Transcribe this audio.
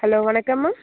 hello வணக்கம் அம்மா